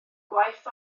gwaith